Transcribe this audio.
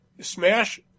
Smash